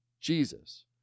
Jesus